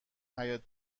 حیاط